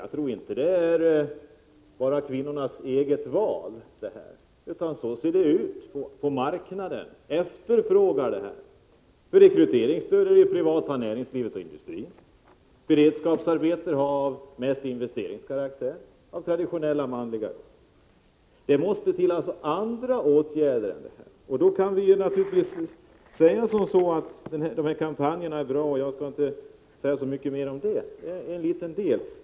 Jag tror inte detta bara är kvinnornas eget val, utan det beror på efterfrågan på marknaden. Rekryteringsstödet är mest inriktat på det privata näringslivet och industrin. Beredskapsarbeten utgörs mest av arbeten av investeringskaraktär, som av tradition är manliga arbetsuppgifter. Det behövs alltså andra åtgärder, och då är naturligtvis kampanjerna bra, även om de är en liten del.